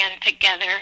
together